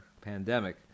pandemic